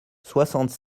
soixante